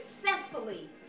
successfully